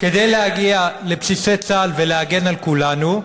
כדי להגיע לבסיסי צה"ל ולהגן על כולנו,